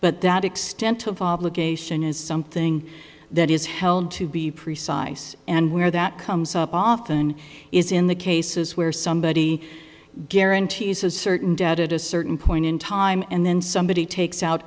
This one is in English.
but that extent of obligation is something that is held to be precise and where that comes up often is in the cases where somebody guarantees a certain debt at a certain point in time and then somebody takes out